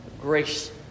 grace